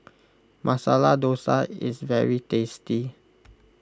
Masala Dosa is very tasty